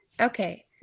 Okay